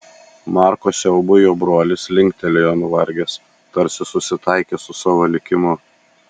marko siaubui jo brolis linktelėjo nuvargęs tarsi susitaikęs su savo likimu